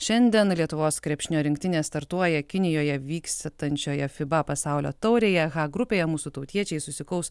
šiandien lietuvos krepšinio rinktinė startuoja kinijoje vykstančioje fiba pasaulio taurėje h grupėje mūsų tautiečiai susikaus